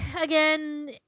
again